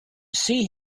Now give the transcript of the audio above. sea